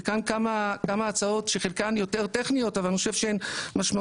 וכאן כמה הצעות שחלקן יותר טכניות אבל אני חושב שהן משמעותיות,